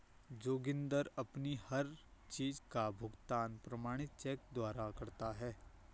जोगिंदर अपनी हर चीज का भुगतान प्रमाणित चेक द्वारा करता है